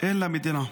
אין לה מדינה.